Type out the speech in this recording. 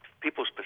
People's